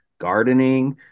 gardening